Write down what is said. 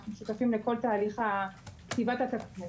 אנחנו שותפים לכל תהליך כתיבת התקנות.